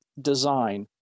design